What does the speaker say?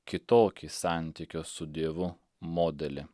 kitokį santykio su dievu modelį